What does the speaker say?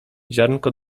ziarnko